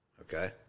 okay